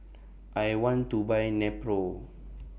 I want to Buy Nepro